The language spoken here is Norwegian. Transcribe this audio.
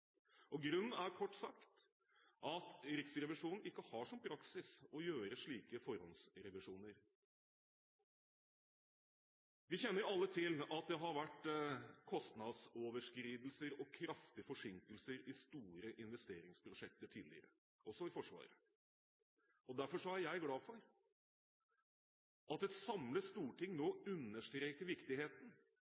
anskaffelsesprosessen. Grunnen er kort sagt den at Riksrevisjonen ikke har som praksis å gjøre slike forhåndsrevisjoner. Vi kjenner alle til at det har vært kostnadsoverskridelser og kraftige forsinkelser i store investeringsprosjekter tidligere, også i Forsvaret. Derfor er jeg glad for at et samlet storting nå understreker viktigheten